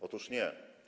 Otóż nie.